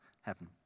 heaven